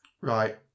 Right